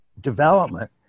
development